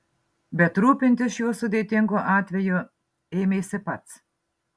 bet rūpintis šiuo sudėtingu atveju ėmėsi pats